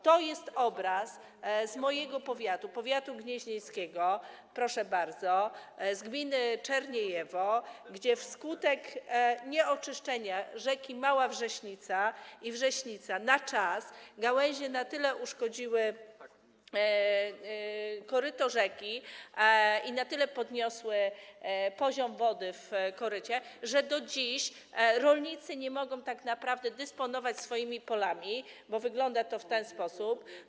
To jest obraz z mojego powiatu, powiatu gnieźnieńskiego, proszę bardzo, z gminy Czerniejewo, gdzie wskutek nieoczyszczenia rzek Wrześnica Mała i Wrześnica na czas gałęzie tak uszkodziły koryto rzeki i tak podniosły poziom wody w korycie, że do dziś rolnicy nie mogą tak naprawdę dysponować swoimi polami, bo wygląda to w ten sposób.